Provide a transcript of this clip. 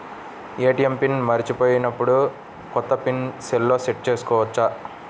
ATM PIN మరచిపోయినప్పుడు, కొత్త PIN సెల్లో సెట్ చేసుకోవచ్చా?